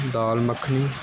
dal makhani